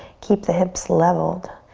keep the hips leveled.